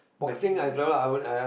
but